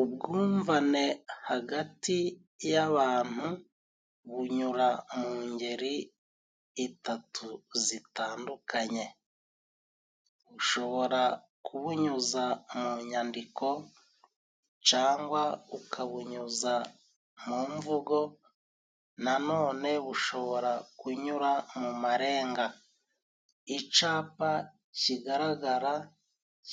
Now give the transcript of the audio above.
Ubwumvane hagati y'abantu bunyura mu ngeri itatu zitandukanye. Ushobora kubunyuza mu nyandiko, cangwa ukabunyuza mu mvugo, na none bushobora kunyura mu marenga. Icapa kigaragara